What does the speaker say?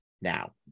now